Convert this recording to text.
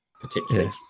particularly